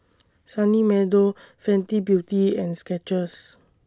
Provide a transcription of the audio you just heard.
Sunny Meadow Fenty Beauty and Skechers